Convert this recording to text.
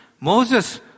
Moses